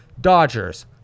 Dodgers